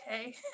okay